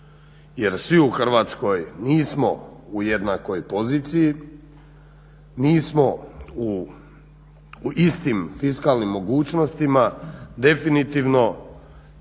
jer svi u Hrvatskoj nismo u jednakoj poziciji, nismo u istim fiskalnim mogućnostima definitivno